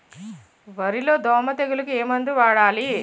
వరిలో దోమ తెగులుకు ఏమందు వాడాలి?